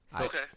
Okay